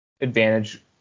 advantage